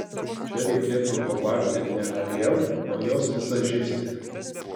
čia reikėtų pabarti ne ariel o jos vizažistę